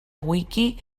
wiki